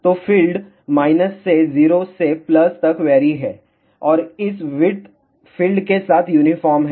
तो फील्ड से 0 से तक वेरी है और इस विड्थ फील्ड के साथ यूनिफार्म है